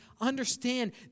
Understand